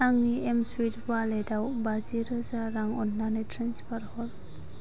आंनि एमस्वुइफ अवालेटाव बाजि रोजा रां अन्नानै ट्रेन्सफार हर